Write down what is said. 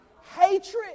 hatred